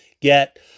get